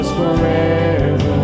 forever